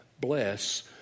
bless